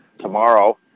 Tomorrow